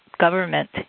government